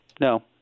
no